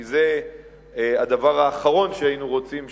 כי זה הדבר האחרון שהיינו רוצים שיקרה,